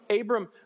Abram